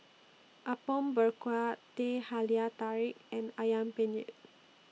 Apom Berkuah Teh Halia Tarik and Ayam Penyet